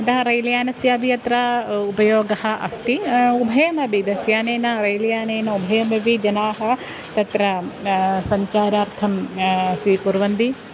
तथा रैल् यानस्य अपि अत्र उपयोगः अस्ति उभयमपि बस् यानेन रैल् यानेन उभयमपि जनाः तत्र सञ्चारार्थं स्वीकुर्वन्ति